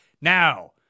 Now